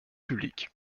public